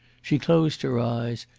she closed her eyes,